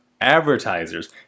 Advertisers